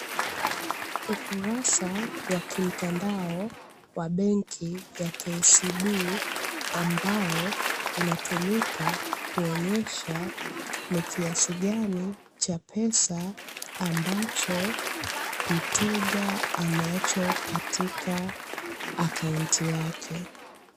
Ukurasa wa kimtandao wa benki ya "KCB" ambao unatumika kuonyesha ni kiasi gani cha pesa ambacho mteja anacho katika akaunti yake.